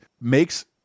makes